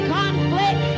conflict